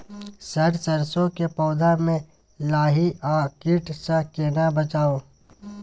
Sir सरसो के पौधा में लाही आ कीट स केना बचाऊ?